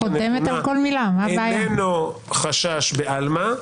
איננו חשש בעלמא,